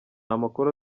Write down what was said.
amakuru